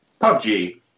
PUBG